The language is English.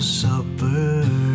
supper